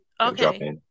okay